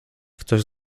ktoś